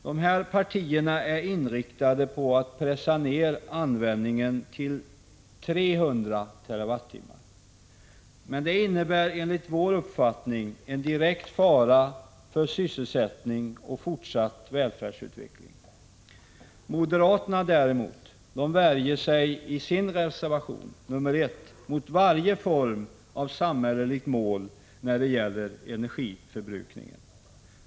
Dessa partier är inriktade på att pressa ned användningen till 300 TWh. Men det innebär enligt vår uppfattning en direkt fara för sysselsättning och fortsatt välfärdsutveckling. Moderaterna däremot värjer sig i sin reservation, nr 1, mot varje form av samhälleligt mål när det gäller energiförbrukningen.